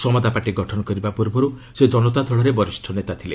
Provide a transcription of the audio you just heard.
ସମତା party ଗଠନ କରିବା ପୂର୍ବର୍ବର ସେ ଜନତା ଦଳରେ ଜଣେ ବରିଷ୍ଠ ନେତା ଥିଲେ